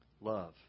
love